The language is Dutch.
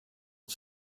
het